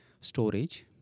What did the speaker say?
storage